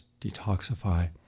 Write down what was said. detoxify